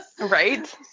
Right